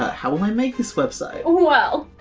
ah how will i make this website? well,